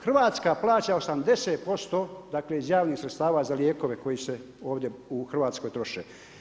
Hrvatska plaća 80% dakle iz javnih sredstava za lijekove koji se ovdje u Hrvatskoj troše.